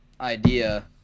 idea